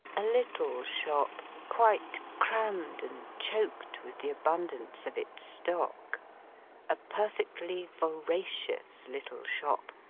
a little shop, quite crammed and choked with the abundance of its stock a perfectly voracious little shop,